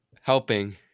Helping